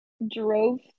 drove